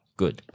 good